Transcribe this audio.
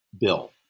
Bill